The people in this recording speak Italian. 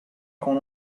con